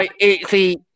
See